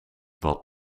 wat